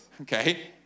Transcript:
okay